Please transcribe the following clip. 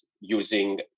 using